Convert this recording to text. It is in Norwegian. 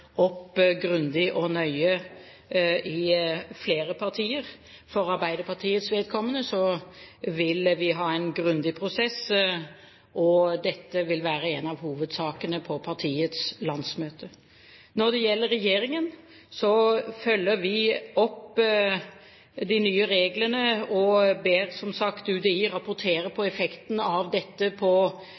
opp grundig og nøye i flere partier. For Arbeiderpartiets vedkommende vil vi ha en grundig prosess, og dette vil være en av hovedsakene på partiets landsmøte. Når det gjelder regjeringen, følger vi opp de nye reglene og ber som sagt UDI rapportere effektene av dette på